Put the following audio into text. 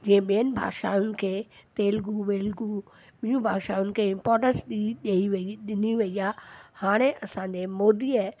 जीअं ॿियनि भाषाऊनि खे तेलगू वेलगू बियूं भाषाऊनि खे इंपोटैंस डी ॾेई वई ॾिनी वई आहे हाणे असांजे मोदीअ